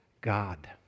God